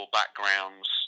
backgrounds